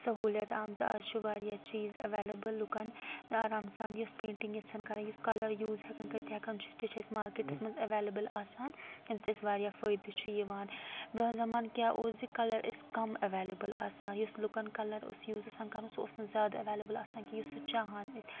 سہوٗلیت آمژٕ آز چھُ واریاہ چیٖز ایولیبل لُکَن آرام سان یۄس پینٹِنٛگ یَژھان کرٕنۍ یُس کَلَر یوٗز ہٮ۪کن کٔرِتھ ہٮ۪کان تہِ چھِ اَسہِ مارکیٹَس منٛز ایولیبٕل آسان ییٚمہِ سۭتۍ أسۍ واریاہ فٲیدٕ چھُ یِوان برۄنٛہہ زَمانہٕ کیٛاہ اوس زِ کَلَر ٲسۍ کَم ایولیبل آسان یُس لُکَن کَلَر اوس یوٗز آسان کَرُن سُہ اوس نہٕ زیادٕ اویلیبل آسان کیٚنٛہہ یُس سُہ چاہان أسۍ